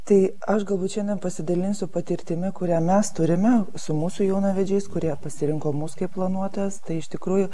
tai aš galbūt šiandien pasidalinsiu patirtimi kurią mes turime su mūsų jaunavedžiais kurie pasirinko mus kaip planuotojas tai iš tikrųjų